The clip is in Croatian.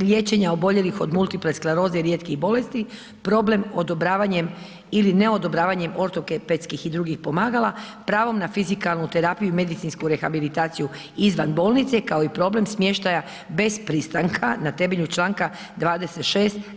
liječenje oboljelih od multipleskleroze i rijetkih bolesti, problem odobravanjem ili neodobravanjem ortopedskih i drugih pomagala, pravo na fizikalnu terapiju i medicinsku rehabilitaciju izvan bolnice, kao i problem smještaja bez pristanka na temelju članka 26.